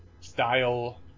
style